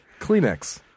Kleenex